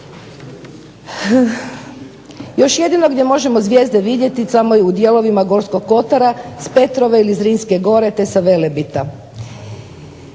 Još jedino gdje možemo zvijezde vidjeti je samo u dijelovima Gorskog kotara, s Petrove ili Zrinske gore te sa Velebita.